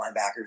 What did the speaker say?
linebackers